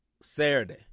Saturday